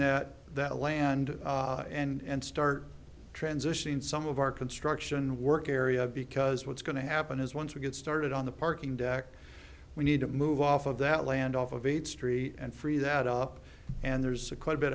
that that land and start transitioning some of our construction work area because what's going to happen is once we get started on the parking deck we need to move off of that land off of its tree and free that up and there's a quite a